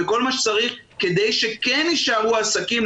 וכל מה שצריך כדי שכן יישארו העסקים,